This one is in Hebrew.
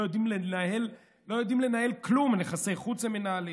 לא יודעים לנהל כלום, יחסי חוץ הם מנהלים,